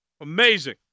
Amazing